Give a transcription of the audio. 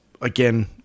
again